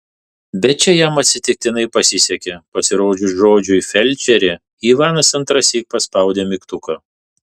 bet čia jam atsitiktinai pasisekė pasirodžius žodžiui felčerė ivanas antrąsyk paspaudė mygtuką